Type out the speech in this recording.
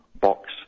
Box